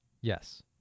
Yes